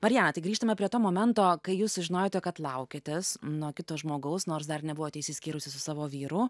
mariana tai grįžtame prie to momento kai jūs sužinojote kad laukiatės nuo kito žmogaus nors dar nebuvote išsiskyrusi su savo vyru